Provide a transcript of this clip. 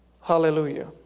Hallelujah